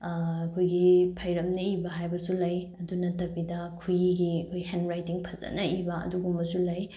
ꯑꯩꯈꯣꯏꯒꯤ ꯐꯩꯔꯞꯅ ꯏꯕ ꯍꯥꯏꯕꯁꯨ ꯂꯩ ꯑꯗꯨ ꯅꯠꯇꯕꯤꯗ ꯈꯨꯠꯏꯒꯤ ꯑꯩꯈꯣꯏ ꯍꯦꯟ ꯔꯥꯏꯇꯤꯡ ꯐꯖꯅ ꯏꯕ ꯑꯗꯨꯒꯨꯝꯕꯁꯨ ꯂꯩ